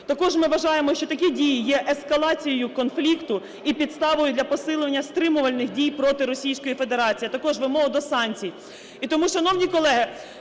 Також ми вважаємо, що такі дії є ескалацією конфлікту і підставою для посилення стримувальних дій проти Російської Федерації, а також вимоги до санкцій. І тому, шановні колеги,